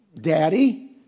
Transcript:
Daddy